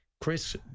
Chris